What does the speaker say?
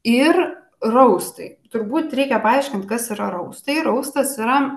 ir raustai turbūt reikia paaiškinti kas yra raustai raustas yra